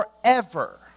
forever